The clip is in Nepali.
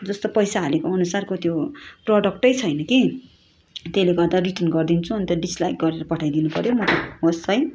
जस्तो पैसा हालेको अनुसारको त्यो प्रोडक्टै छैन कि त्यसले गर्दा रिटर्न गरिदिन्छु अन्त डिस्लाइक गरेर पठाइदिनुपऱ्यो म त होस् है